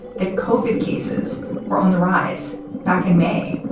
that covid cases were on the rise back in may,